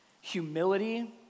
humility